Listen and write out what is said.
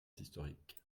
historiques